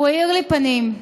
הוא האיר לי פנים,